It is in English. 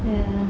ya